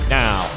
now